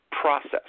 process